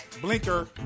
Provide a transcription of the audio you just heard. blinker